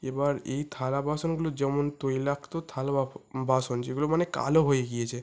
এবার এই থালাবাসনগুলো যেমন তৈলাক্ত থালা বাসন যেগুলো মানে কালো হয়ে গিয়েছে